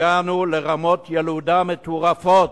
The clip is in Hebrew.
הגענו לרמות ילודה מטורפות,